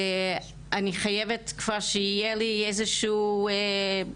ואני חייבת כבר שיהיה לי איזשהו תור,